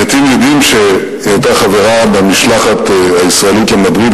מעטים יודעים שהיא היתה חברה במשלחת הישראלית למדריד,